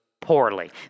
poorly